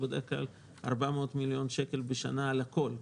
בדרך כלל 400 מיליון שקל בשנה על הכול,